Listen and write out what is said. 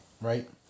right